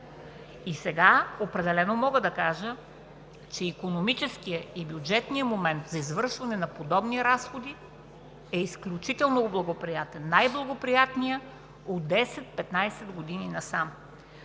Сега определено мога да кажа, че икономическият и бюджетният момент за извършване на подобни разходи е изключително благоприятен, най-благоприятният от 10 – 15 години насам.